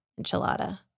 enchilada